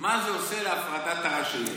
מה זה עושה להפרדת הרשויות.